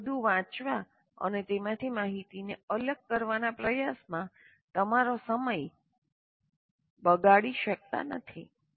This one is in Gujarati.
તમે બધું વાંચવા અને તેમાંથી માહિતીને અલગ કરવાના પ્રયાસમાં તમારો સમય બગાડી શકતા નથી